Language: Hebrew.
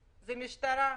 זה המשטרה.